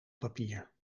papier